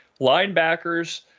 linebackers